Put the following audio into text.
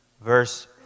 verse